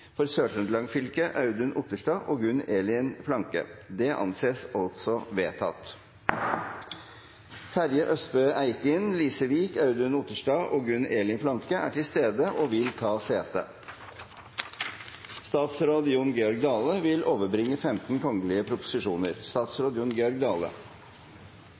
fylke: Audun Otterstad og Gunn Elin Flakne Terje Østebø Eikin, Lise Wiik, Audun Otterstad og Gunn Elin Flakne er til stede og vil ta sete. Representanten Hans Fredrik Grøvan vil